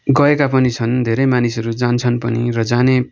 गएका पनि छन् धेरै मानिसहरू जान्छन् पनि र जाने